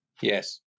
Yes